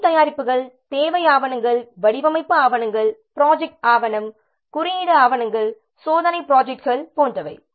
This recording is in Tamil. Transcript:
பணி தயாரிப்புகள் தேவை ஆவணங்கள் வடிவமைப்பு ஆவணங்கள் ப்ரொஜெக்ட் ஆவணம் குறியீடு ஆவணங்கள் சோதனைத் ப்ரொஜெக்ட்கள் போன்றவை